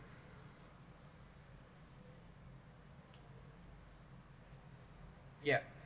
yeah